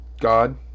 God